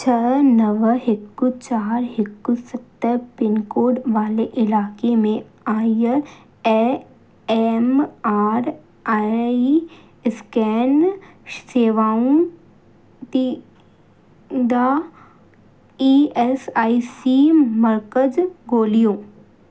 छह नव हिकु हिकु सत पिनकोड वारे इलाइक़े में आयल ऐं एम आर आई स्कैन शेवाऊं ॾींदा ई एस आई सी मर्कज़ु ॻोल्हियो